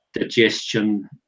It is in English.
digestion